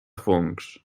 fongs